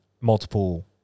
multiple